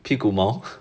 屁股毛